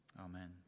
amen